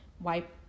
wipe